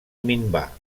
minvar